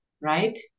right